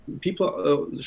people